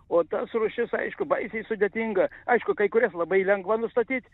o tas rūšis aišku baisiai sudėtinga aišku kai kurias labai lengva nustatyt